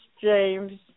James